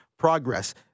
progress